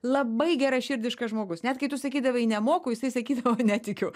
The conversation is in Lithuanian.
labai geraširdiškas žmogus net kai tu sakydavai nemoku jisai sakydavo netikiu